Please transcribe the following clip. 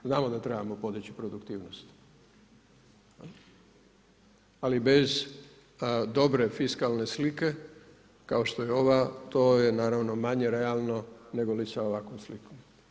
Znamo da trebamo podiči produktivnost, ali bez dobre fiskalne slike, kao što je ova, to je naravno manje realno nego li sa ovakvom slikom.